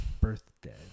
birthday